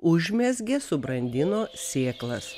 užmezgė subrandino sėklas